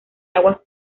aguas